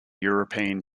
european